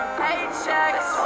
paychecks